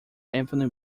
anthony